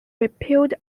repute